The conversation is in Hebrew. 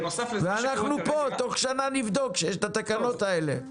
בנוסף לזה ש- -- ואנחנו פה תוך שנה נבדוק שיש את התקנות האלה.